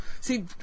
See